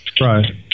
Right